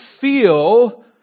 feel